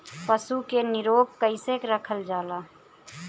पशु के निरोग कईसे रखल जाला?